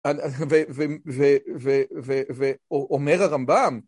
ואומר הרמב״ם